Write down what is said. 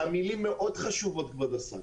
המילים מאוד חשובות כבוד היושב-ראש,